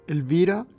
Elvira